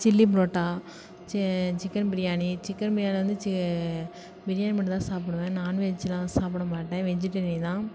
chilli parotta chicken biryani chicken biryani வந்து பிரியாணி மட்டும் தான் சாப்புடுவேன் நான்வெஜ்லாம் நான் சாப்பிடமாட்டேன் வெஜிட்டேரியன் தான்